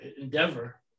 endeavor